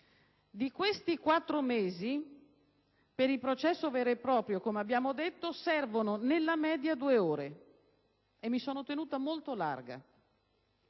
Di questi quattro mesi per il processo vero e proprio, come abbiamo detto, servono nella media due ore (mi sono tenuta molto larga).